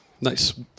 Nice